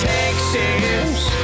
Texas